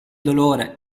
dolore